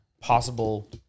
possible